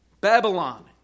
Babylon